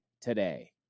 today